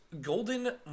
Golden